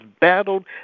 battled